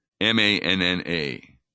M-A-N-N-A